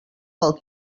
pel